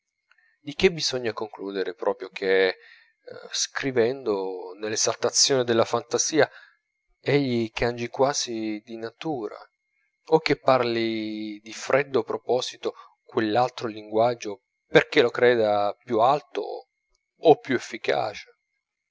di che bisogna concludere proprio che scrivendo nell'esaltazione della fantasia egli cangi quasi di natura o che parli di freddo proposito quell'altro linguaggio perchè lo creda più alto e più efficace